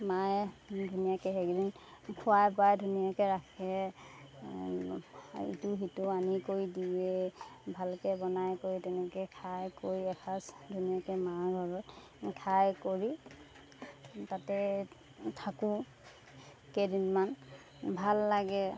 মায়ে ধুনীয়াকৈ সেইকেইদিন খুৱাই বোৱাই ধুনীয়াকৈ ৰাখে ইটো সিটো আনি কৰি দিয়ে ভালকৈ বনাই কৰি তেনেকৈ খাই কৰি এসাঁজ ধুনীয়াকৈ মাঘৰত খাই কৰি তাতে থাকোঁ কেইদিনমান ভাল লাগে